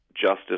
justice